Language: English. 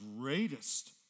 greatest